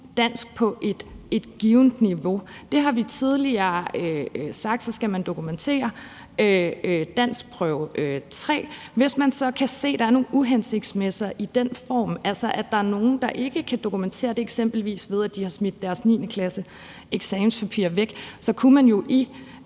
dansk på et givent niveau. Der har vi tidligere sagt, at man skal dokumentere at have bestået danskprøve 3. Hvis man så kan se, der er nogle uhensigtsmæssigheder i den form, altså at der er nogle, der ikke kan dokumentere det, eksempelvis ved at de har smidt deres 9.-klasseseksamenpapirer væk, kunne man jo